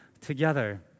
together